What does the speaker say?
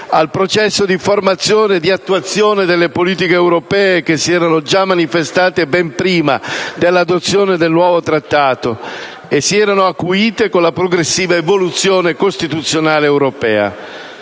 al processo di formazione e di attuazione delle politiche europee che si erano già manifestate ben prima dell'adozione del nuovo Trattato e si erano acuite con la progressiva evoluzione costituzionale europea.